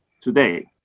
today